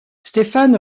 stéphane